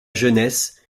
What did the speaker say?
jeunesse